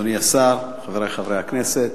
אדוני השר, חברי חברי הכנסת,